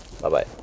Bye-bye